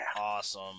Awesome